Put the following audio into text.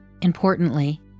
Importantly